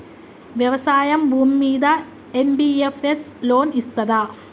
వ్యవసాయం భూమ్మీద NBFS loan ఇస్తదా?